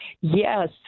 Yes